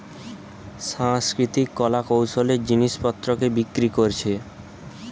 সাংস্কৃতিক কলা কৌশলের জিনিস পত্রকে বিক্রি কোরছে